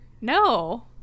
No